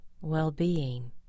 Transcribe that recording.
well-being